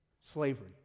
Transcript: Slavery